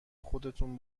خودتون